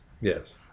Yes